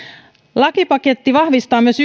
lakipaketti vahvistaa myös